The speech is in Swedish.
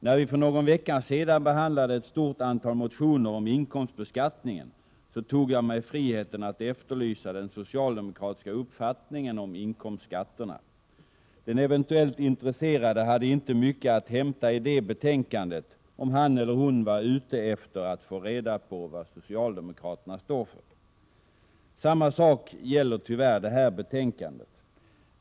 När vi för någon vecka sedan behandlade ett stort antal motioner om inkomstbeskattningen tog jag mig friheten att efterlysa den socialdemokratiska uppfattningen om inkomstskatterna. Den eventuellt intresserade hade inte mycket att hämta i det betänkandet om han eller hon var ute efter att få reda på vad socialdemokraterna står för. Samma sak gäller tyvärr det här betänkandet.